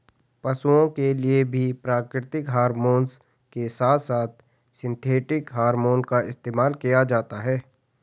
पशुओं के लिए भी प्राकृतिक हॉरमोन के साथ साथ सिंथेटिक हॉरमोन का इस्तेमाल किया जाता है